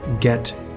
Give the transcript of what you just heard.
get